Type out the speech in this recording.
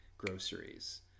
Groceries